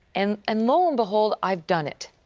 and and lo and behold i've done it.